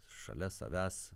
šalia savęs